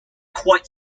quite